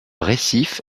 récif